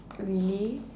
really